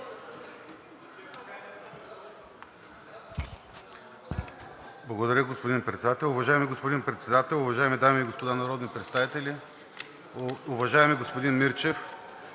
Благодаря, господин Председател.